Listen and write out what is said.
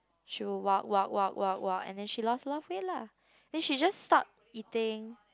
she'll walk walk walk walk walk and then she lost a lot of weight lah and she just stop eating